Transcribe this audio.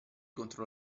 contro